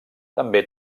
també